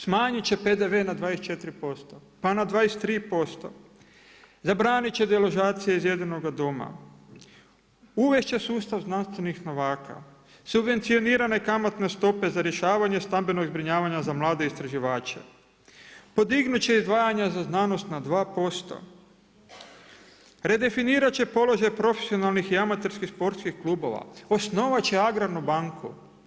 Smanjit će PDV na 24% pa na 23%, zabranit će deložacije iz jedinoga doma, uvest će sustav znanstvenih novaka, subvencionirane kamatne stope za rješavanje stambenog zbrinjavanja za mlade istraživače, podignut će izdvajanja za znanost na 2%, redefinirat će položaj profesionalnih i amaterskih sportskih klubova, osnovat će agrarnu banku.